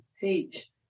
Teach